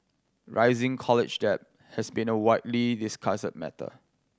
rising college debt has been a widely discussed matter